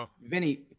Vinny